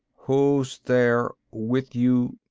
who's there? with you.